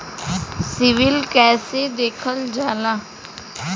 CIBIL कैसे देखल जाला?